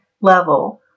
level